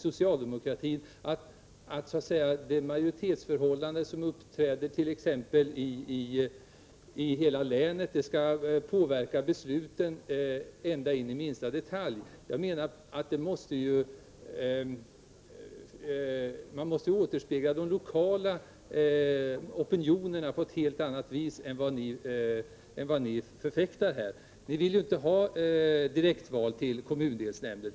Socialdemokraterna tycker att det är bra att det majoritetsförhållande som uppträder t.ex. i hela länet skall påverka besluten ända in i minsta detalj. Jag menar att man måste återspegla de lokala opinionerna på ett helt annat sätt än vad socialdemokraterna förfäktar. Socialdemokraterna vill t.ex. inte ha direktval till kommundelsnämnder.